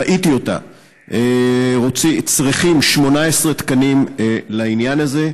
ראיתי אותה, צריכים 18 תקנים לעניין הזה.